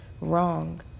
wrong